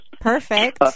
Perfect